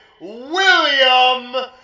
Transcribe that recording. William